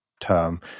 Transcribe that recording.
term